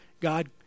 God